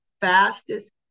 fastest